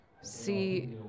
see